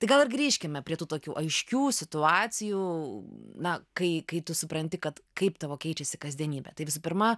tai gal ir grįžkime prie tų tokių aiškių situacijų na kai kai tu supranti kad kaip tavo keičiasi kasdienybė tai visų pirma